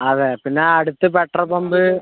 അതെ പിന്നെ അടുത്ത് പെട്രോൾ പമ്പ്